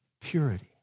purity